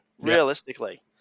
realistically